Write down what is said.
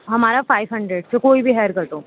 ہمارا five hundred پھر کوئی بھی ہیئر کٹ ہو